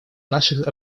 наших